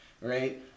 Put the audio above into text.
Right